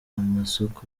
amasoko